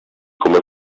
come